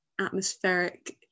atmospheric